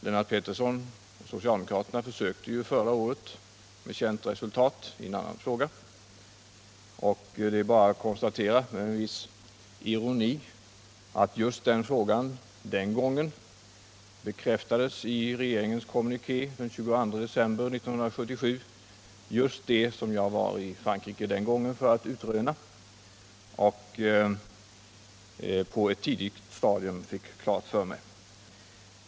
Lennart Pettersson och socialdemokraterna försökte förra året använda dem i annan fråga — med känt resultat. Det är bara att konstatera — med viss ironi — att vad jag den gången var i Frankrike för att utröna och på ett tidigt stadium fick klart för mig bekräftades i regeringens kommuniké av den 22 december 1977.